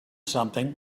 something